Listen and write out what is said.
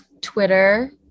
Twitter